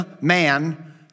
man